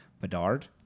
Bedard